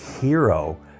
hero